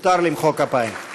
מותר למחוא כפיים.